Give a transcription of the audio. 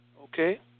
Okay